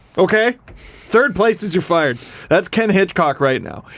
okay third place is you're fired that's ken hitchcock right now.